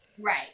Right